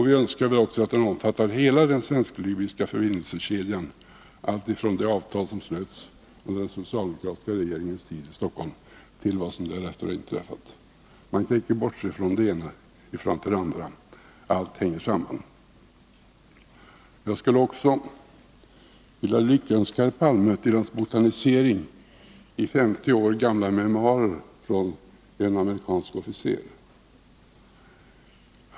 Vi önskar också att den omfattar hela den svensk-libyska förbindelsekedjan, alltifrån det avtal som slöts i Stockholm på den socialdemokratiska regeringens tid till vad som därefter har inträffat. Man kan icke bortse från det ena i förhållande till det andra — allt hänger samman. Jag skulle också vilja lyckönska Olof Palme till hans botanisering i 50 år gamla memoarer av en amerikansk officer.